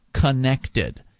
connected